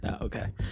okay